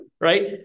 right